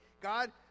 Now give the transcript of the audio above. God